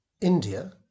India